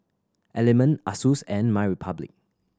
Element Asus and MyRepublic